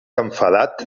enfadat